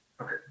Okay